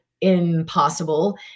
impossible